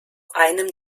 einem